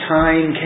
time